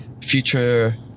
future